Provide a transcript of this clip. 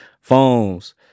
phones